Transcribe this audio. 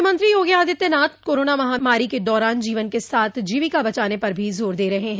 मुख्यमंत्री योगी आदित्यनाथ कोरोना महामारी के दौरान जीवन के साथ जीविका बचाने पर भी जोर दे रहे हैं